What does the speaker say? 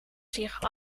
zich